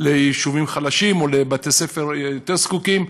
ליישובים חלשים או לבתי-ספר יותר זקוקים.